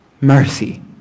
Mercy